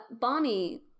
Bonnie